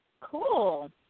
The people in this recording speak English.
Cool